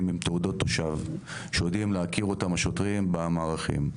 הם עם תעודות תושב שיודעים להכיר אותם השוטרים במערכים.